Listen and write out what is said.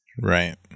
Right